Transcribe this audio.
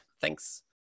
Thanks